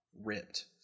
ripped